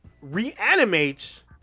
reanimates